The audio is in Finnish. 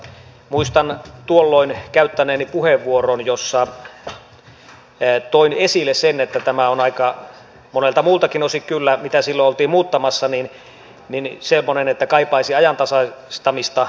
muistan tuolloin käyttäneeni puheenvuoron jossa toin esille sen että tämä on aika monelta muultakin osin kyllä mitä silloin oltiin muuttamassa semmoinen että kaipaisi ajantasaistamista